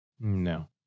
No